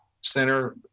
center